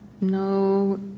No